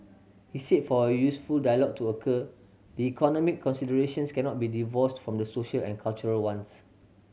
he said for a useful dialogue to occur the economy considerations cannot be divorced from the social and cultural ones